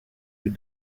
with